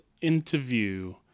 interview